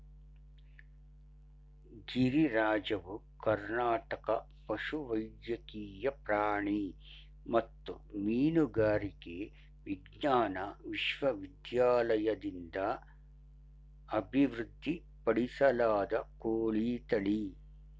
ಗಿರಿರಾಜವು ಕರ್ನಾಟಕ ಪಶುವೈದ್ಯಕೀಯ ಪ್ರಾಣಿ ಮತ್ತು ಮೀನುಗಾರಿಕೆ ವಿಜ್ಞಾನ ವಿಶ್ವವಿದ್ಯಾಲಯದಿಂದ ಅಭಿವೃದ್ಧಿಪಡಿಸಲಾದ ಕೋಳಿ ತಳಿ